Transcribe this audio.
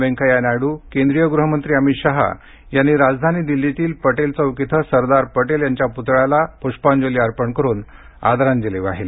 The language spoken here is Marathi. वैंकय्या नायड् केंद्रीय गृह मंत्री अमित शहा यांनी राजधानी दिल्लीतील पटेल चौक इथं सरदार पटेल यांच्या प्तळ्याला प्ष्पांजली अर्पण करून आदरांजली वाहिली